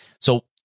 So-